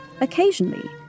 Occasionally